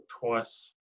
twice